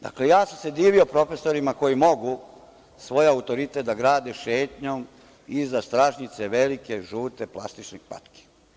Dakle, ja sam se divio profesorima koji mogu svoj autoritet da grade šetnjom iza stražnjice velike žute plastične patke.